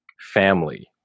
Family